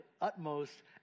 utmost